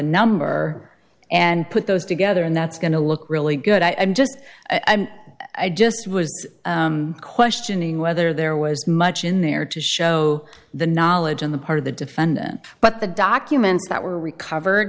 number and put those together and that's going to look really good i'm just i'm i just was questioning whether there was much in there to show the knowledge on the part of the defendant but the documents that were recovered